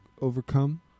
overcome